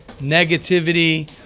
negativity